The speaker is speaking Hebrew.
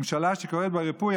ממשלה שקורה בה ריפוי,